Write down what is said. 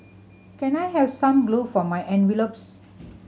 can I have some glue for my envelopes